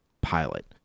pilot